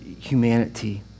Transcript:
humanity